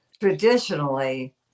Traditionally